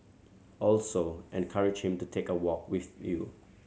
also encourage him to take a walk with you